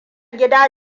gida